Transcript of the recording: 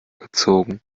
gezogen